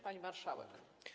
Pani Marszałek!